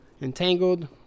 Entangled